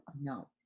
No